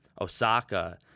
Osaka